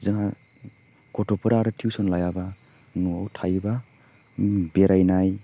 जोंहा गथ'फोरा आरो टिउसन लायाबा न'वाव थायोबा बेरायनाय